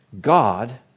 God